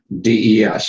DES